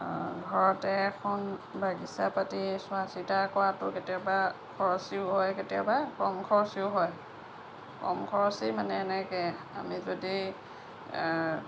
ঘৰতে এখন বাগিচা পাতি চোৱা চিতা কৰাটো কেতিয়াবা খৰচীও হয় কেতিয়াবা কম খৰচীও হয় কম খৰচী মানে এনেকৈ আমি যদি